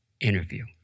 interview